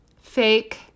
Fake